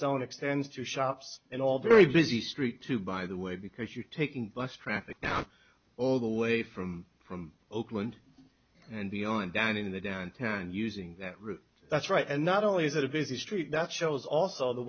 zone extends to shops and all very busy street too by the way because you're taking bus traffic now all the way from from oakland and beyond down in the down turn using that route that's right and not only is it a busy street that shows also the